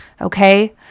Okay